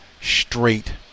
straight